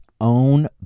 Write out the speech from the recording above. own